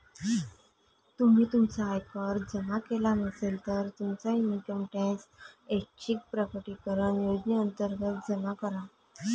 तुम्ही तुमचा आयकर जमा केला नसेल, तर तुमचा इन्कम टॅक्स ऐच्छिक प्रकटीकरण योजनेअंतर्गत जमा करा